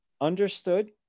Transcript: understood